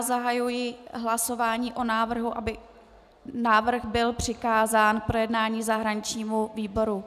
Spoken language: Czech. Zahajuji hlasování o návrhu, aby návrh byl přikázán k projednání zahraničnímu výboru.